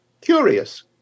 curious